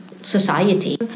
society